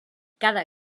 cada